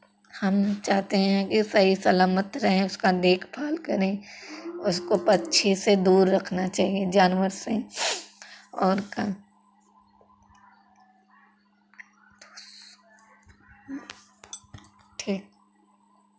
हम चाहते हैं कि सही सलामत रहे उसका देखभाल करें उसको पक्षी से दूर रखना चाहिए जानवर से और क्या ठीक